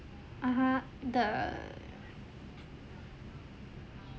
(uh huh) the